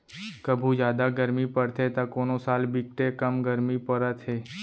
कभू जादा गरमी परथे त कोनो साल बिकटे कम गरमी परत हे